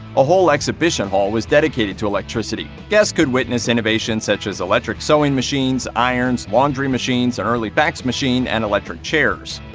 a whole exhibition hall was dedicated to electricity. guests could witness innovations such as electric sewing machines, irons, laundry machines, an early fax machine, and electric chairs.